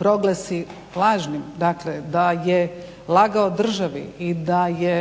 proglasi lažnim, dakle da je lagao državi i da je